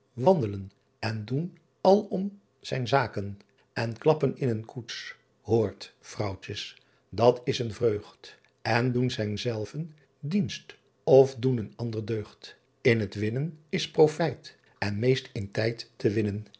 wandelen en doen alom sijn saken n klappen in een koets hoort routjens dat s een vreugd n doen sijn selven dienst of doen een ander deught n t winnen is profijt en meest in tijd te winnen